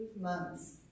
months